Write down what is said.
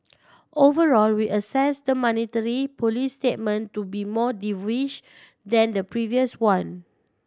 overall we assess the monetary policy statement to be more dovish than the previous one